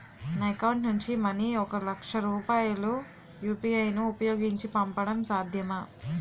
నా అకౌంట్ నుంచి మనీ ఒక లక్ష రూపాయలు యు.పి.ఐ ను ఉపయోగించి పంపడం సాధ్యమా?